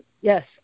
yes